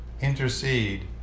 intercede